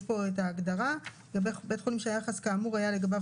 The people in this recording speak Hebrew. יש פה את ההגדרה: בית חולים שהיחס כאמור היה לגביו